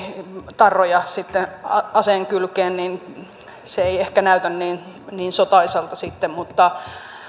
tarroja aseenkylkeen niin se ei ehkä näytä niin niin sotaisalta sitten mutta